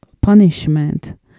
punishment